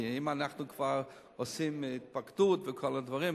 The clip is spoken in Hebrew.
כי אם אנחנו כבר עושים התפקדות וכל הדברים,